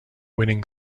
winning